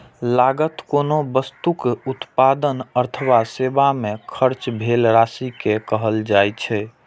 लागत कोनो वस्तुक उत्पादन अथवा सेवा मे खर्च भेल राशि कें कहल जाइ छै